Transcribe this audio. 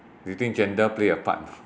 do you think gender play a part or not